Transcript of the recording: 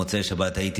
במוצאי שבת הייתי